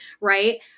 right